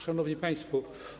Szanowni Państwo!